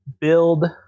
build